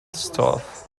stuff